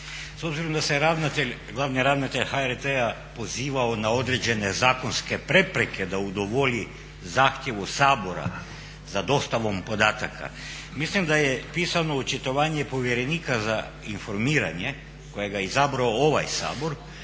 S obzirom da se ravnatelj, glavni ravnatelj HRT-a pozivao na određene zakonske prepreke da udovolji zahtjevu Sabora za dostavom podataka mislim da je pisano očitovanje povjerenika za informiranje kojega je izabrao ovaj Sabor